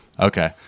Okay